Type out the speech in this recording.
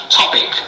topic